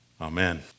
Amen